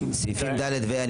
סעיפים (ד) ו-(ה).